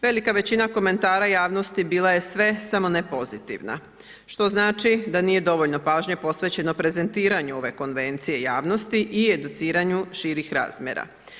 Velika većina komentara javnosti bila je sve samo ne pozitivna, što znači da nije dovoljno pažnje posvećeno prezentiranju ove konvencije javnosti i educiranju širih razmjera.